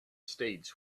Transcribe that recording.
states